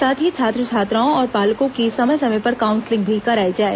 साथ ही छात्र छात्राओं और पालकों की समय समय पर काउंसिलिंग भी कराई जाए